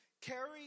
Carry